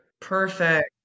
Perfect